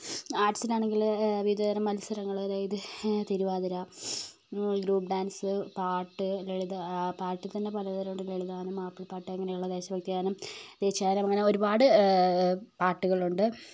arts ആണെങ്കില് വിവിധ തരം മത്സരങ്ങള് അതായത് തിരുവാതിര ഗ്രൂപ്പ് ഡാൻസ് പാട്ട് ലളിത പാട്ടുതന്നെ പലതരം ഉണ്ട് ലളിത ഗാനം മാപ്പിള പാട്ട് അങ്ങനെ ഉള്ള ദേശ ഭക്തി ഗാനം ദേശീയ ഗാനം അങ്ങനെ ഒരുപാട് പാട്ടുകള് ഉണ്ട്